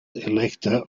elector